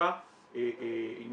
חיפה עם